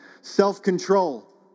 self-control